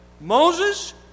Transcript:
Moses